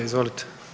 Izvolite.